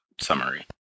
summary